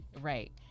right